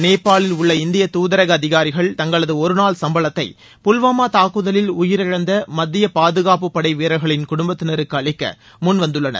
நேபாளில் உள்ள இந்திய துதரக அதிகாரிகள் தங்களது ஒருநாள் சும்பளத்தை புல்வாமா தாக்குதலில் உயிரிழந்த மத்திய பாதுகாப்புப் படை வீரர்களின் குடும்பத்தினருக்கு அளிக்க முன்வந்துளளனர்